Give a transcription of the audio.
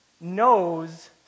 knows